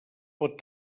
pot